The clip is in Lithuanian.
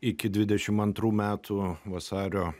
iki dvidešim antrų metų vasario